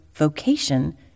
Vocation